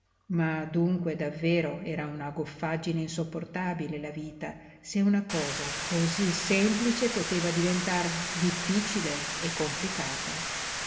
ma dunque davvero era una goffaggine insopportabile la vita se una cosa cosí semplice poteva diventar difficile e complicata